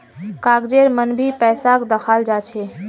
कागजेर मन भी पैसाक दखाल जा छे